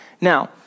Now